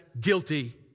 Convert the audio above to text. Guilty